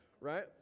right